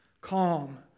Calm